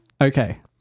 Okay